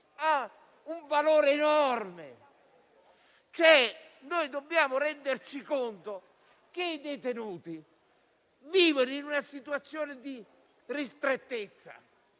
ha un valore enorme. Dobbiamo renderci conto che i detenuti vivono in una situazione di ristrettezza,